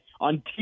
on